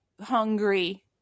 hungry